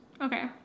okay